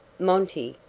monty,